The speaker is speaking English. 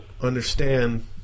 understand